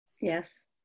Yes